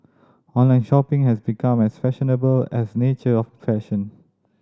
online shopping has become as fashionable as nature of fashion